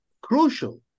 crucial